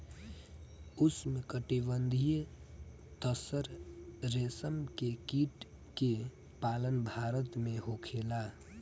उष्णकटिबंधीय तसर रेशम के कीट के पालन भारत में होखेला